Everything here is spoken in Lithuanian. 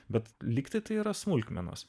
bet likti tai yra smulkmenos